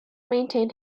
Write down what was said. maintain